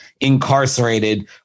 incarcerated